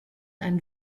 ein